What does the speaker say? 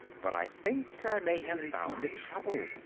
but i think i may have found the trouble.